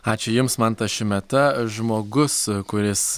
ačiū jums mantas šimeta žmogus kuris